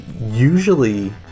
usually